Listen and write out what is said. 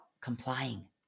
complying